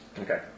Okay